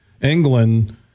England